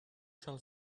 shall